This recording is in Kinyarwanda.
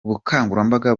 ubukangurambaga